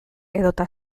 edota